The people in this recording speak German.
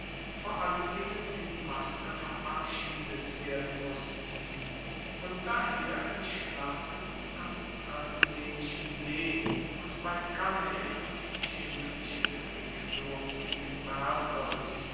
vor allen dingen in masse verabschiedet werden mussten und daher die schlachten am trasimenischen see und bei cannae und die schimpfliche kriegfuehrung gegen